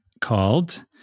called